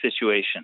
situation